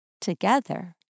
together